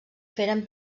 feren